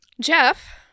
Jeff